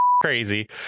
crazy